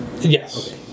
Yes